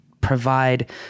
provide